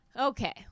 Okay